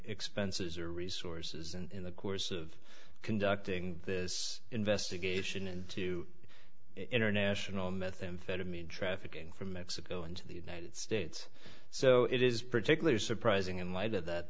expenses or resources in the course of conducting this investigation into international methamphetamine trafficking from mexico into the united states so it is particularly surprising in light of that